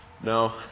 No